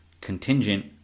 contingent